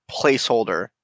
placeholder